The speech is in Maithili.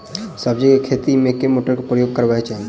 सब्जी केँ खेती मे केँ मोटर केँ प्रयोग करबाक चाहि?